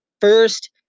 first